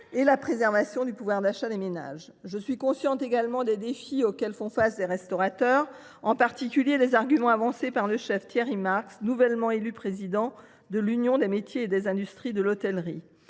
de la préservation du pouvoir d’achat des ménages. Je suis également consciente des défis auxquels font face les restaurateurs et particulièrement sensible aux arguments avancés par le chef Thierry Marx, nouvellement élu président de l’Union des métiers et des industries de l’hôtellerie.